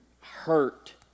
hurt